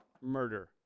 murder